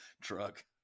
truck